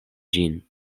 ĝin